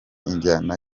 injyana